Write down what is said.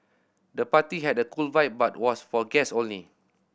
the party had a cool vibe but was for guests only